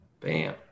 bam